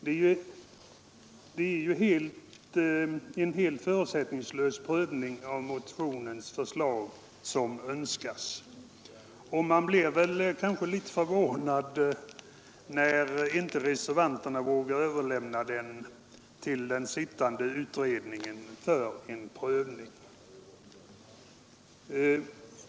Utskottsmajoriteten hemställer om en helt förutsättningslös prövning av motionens förslag, och jag blir litet förvånad när inte reservanterna vågar överlämna den till den sittande utredningen för en prövning.